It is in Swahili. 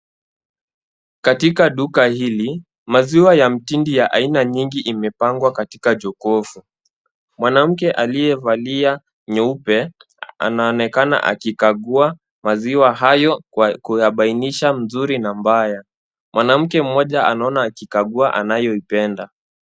Katika duka hili maziwa ya mtindi ya aina nyingi imepangwa katika jokofu. Mwanamke aliyevalia nyeupe anaonekana akikagua maziwa hayo kwa kuyabainisha nzuri na mbaya. Mwanamke mmoja anaona akikagua anayoipenda.